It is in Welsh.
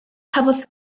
cafodd